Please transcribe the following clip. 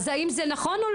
האם זה נכון.